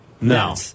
No